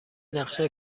نقشه